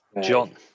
John